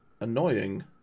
annoying